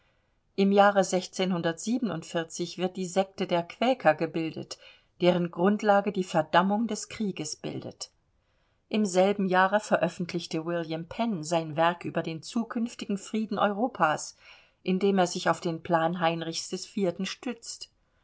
im jahre wird die sekte der quäker gebildet deren grundlage die verdammung des krieges bildet im selben jahre veröffentlichte william penn sein werk über den zukünftigen frieden europas indem er sich auf den plan heinrichs iv stützt